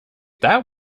that